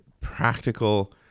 practical